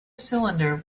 cylinder